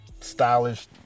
stylish